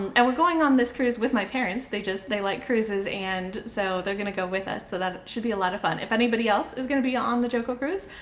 and we're going on this cruise with my parents. they just. they like cruises and so they're gonna go with us, so that should be a lot of fun. if anybody else is gonna be on the joco cruise,